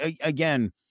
again